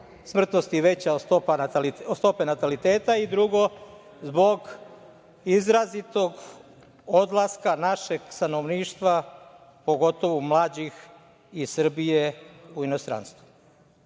smrtnosti veća od stope nataliteta i drugo, zbog izrazitog odlaska našeg stanovništva, pogotovo mlađih, iz Srbije u inostranstvo? Takođe